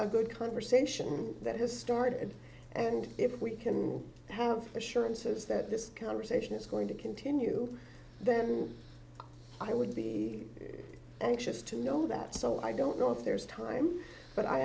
a good conversation that has started and if we can have assurances that this conversation is going to continue then i would be anxious to know that so i don't know if there's time but i